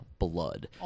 blood